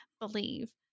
believe